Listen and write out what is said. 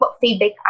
feedback